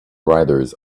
riders